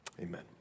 Amen